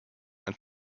and